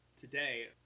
Today